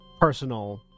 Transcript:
personal